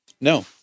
No